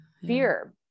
Fear